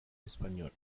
español